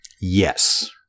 Yes